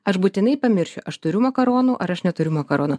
aš būtinai pamiršiu aš turiu makaronų ar aš neturiu makaronų